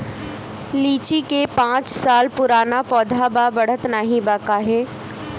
लीची क पांच साल पुराना पौधा बा बढ़त नाहीं बा काहे?